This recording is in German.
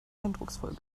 eindrucksvoll